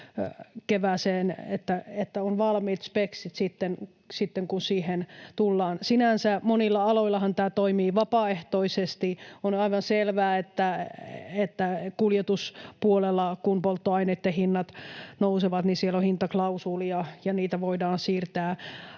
että on valmiit speksit sitten, kun siihen tullaan. Sinänsä monilla aloillahan tämä toimii vapaaehtoisesti. On aivan selvää, että kuljetuspuolella, kun polttoaineitten hinnat nousevat, on hintaklausuulit ja niitä voidaan siirtää